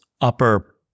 upper